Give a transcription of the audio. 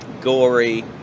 gory